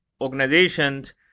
organizations